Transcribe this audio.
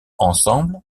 ensemble